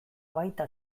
baita